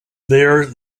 there